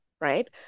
right